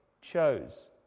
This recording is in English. chose